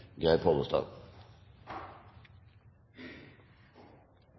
Geir Pollestad,